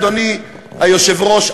אדוני היושב-ראש,